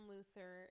Luther